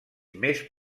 més